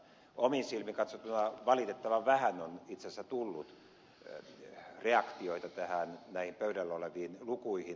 omin silmin katsottuna valitettavan vähän on itse asiassa tullut reaktioita näihin pöydällä oleviin lukuihin